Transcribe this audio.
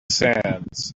sands